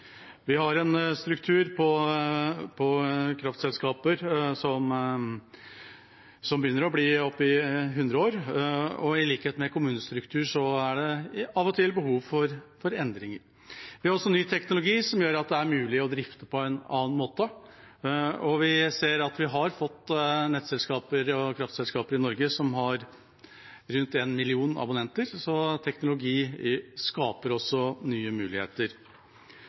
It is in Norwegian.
har vi en struktur som begynner å bli opp mot 100 år gammel, og i likhet med kommunestrukturen er det av og til behov for endringer. Vi har også ny teknologi som gjør at det er mulig å drifte på en annen måte. Vi ser at vi i Norge har fått nettselskaper og kraftselskaper som har rundt en million abonnenter, så teknologi skaper også nye muligheter.